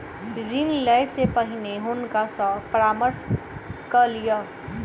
ऋण लै से पहिने हुनका सॅ परामर्श कय लिअ